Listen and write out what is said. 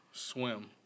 Swim